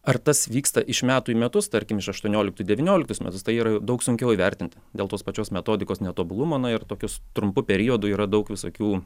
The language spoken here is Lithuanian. ar tas vyksta iš metų į metus tarkim iš aštuonioliktų į devynioliktus metus tai yra daug sunkiau įvertinti dėl tos pačios metodikos netobulumo na ir tokius trumpu periodu yra daug visokių